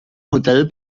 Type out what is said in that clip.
hotel